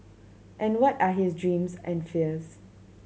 and what are his dreams and fears